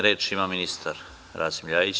Reč ima ministar Rasim Ljajić.